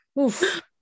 oof